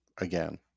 again